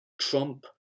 Trump